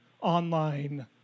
online